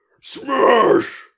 Smash